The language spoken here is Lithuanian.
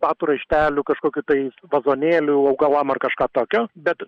batų raištelių kažkokių tai vazonėlių augalam ar kažką tokio bet